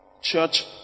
church